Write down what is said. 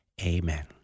Amen